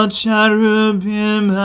cherubim